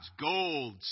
Gold